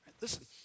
Listen